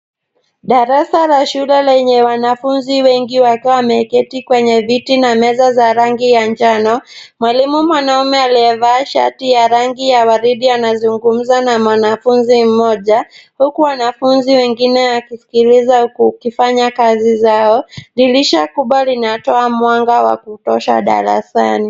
Darasa la shule lenye wanafunzi wengi wakiwa wameketi kwenye viti na meza za rangi ya njano. Mwalimu mwanaume aliyevalia shati ya rangi ya waridi anazungumza na mwanafunzi mmoja huku wanfunzi wengine wakifanya kazi zao. Dirisha kubwa linatoa mwanga wa kutosha darasani.